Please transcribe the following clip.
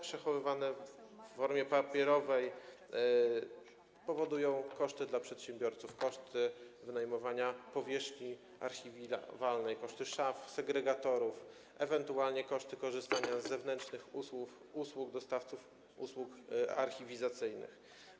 Przechowywanie danych w formie papierowej powoduje koszty dla przedsiębiorców, koszty wynajmowania powierzchni archiwalnej, koszty szaf, segregatorów, ewentualnie koszty korzystania z zewnętrznych dostawców usług archiwizacyjnych.